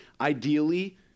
Ideally